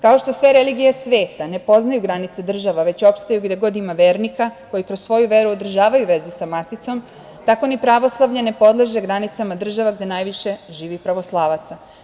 Kao što sve religije sveta ne poznaju granice država, već opstaju gde god ima vernika, koji kroz svoju veru održavaju vezu sa maticom, tako ni pravoslavlje ne podleže granicama država gde najviše živi pravoslavaca.